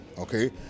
okay